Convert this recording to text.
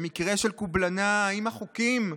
במקרה של קובלנה, האם החוקים,